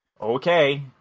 okay